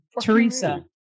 Teresa